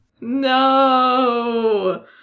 No